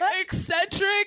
Eccentric